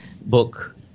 book